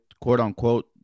quote-unquote